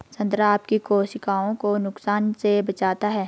संतरा आपकी कोशिकाओं को नुकसान से बचाता है